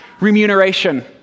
remuneration